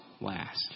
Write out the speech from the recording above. last